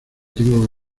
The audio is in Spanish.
tengo